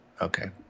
Okay